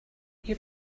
you